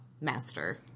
master